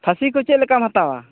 ᱯᱷᱟᱹᱥᱤ ᱠᱚ ᱪᱮᱫ ᱞᱮᱠᱟᱢ ᱦᱟᱛᱟᱣᱟ